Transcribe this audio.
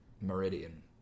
meridian